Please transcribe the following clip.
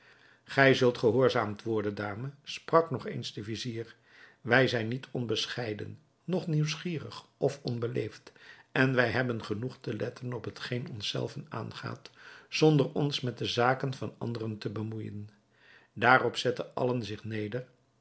gij zult gehoorzaamd worden dame sprak nog eens de vizier wij zijn niet onbescheiden noch nieuwsgierig of onbeleefd en wij hebben genoeg te letten op hetgeen ons zelven aangaat zonder ons met de zaken van anderen te bemoeijen daarop zetten allen zich neder